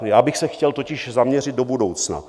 Já bych se chtěl totiž zaměřit do budoucna.